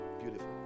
Beautiful